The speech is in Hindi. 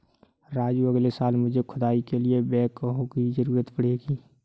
राजू अगले साल मुझे खुदाई के लिए बैकहो की जरूरत पड़ेगी